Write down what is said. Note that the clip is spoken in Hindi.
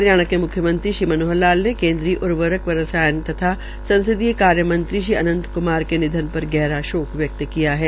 हरियाणा के म्ख्यमंत्री श्री मनोहर लाल ने केंद्रीय उर्वरक एवं रसायन तथा संसदीय मामले मंत्री श्री अनंत क्मार के निधन प्र गहरा शोक व्यक्त किया है